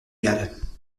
galles